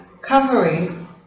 covering